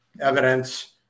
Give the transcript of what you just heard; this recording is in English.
evidence